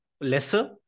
lesser